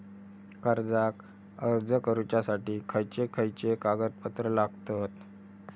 कर्जाक अर्ज करुच्यासाठी खयचे खयचे कागदपत्र लागतत